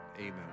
amen